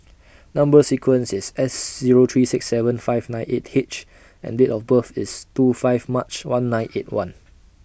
Number sequence IS S Zero three six seven five nine eight H and Date of birth IS two five March one nine eight one